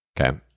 Okay